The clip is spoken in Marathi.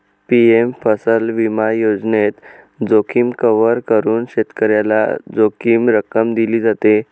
पी.एम फसल विमा योजनेत, जोखीम कव्हर करून शेतकऱ्याला जोखीम रक्कम दिली जाते